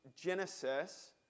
Genesis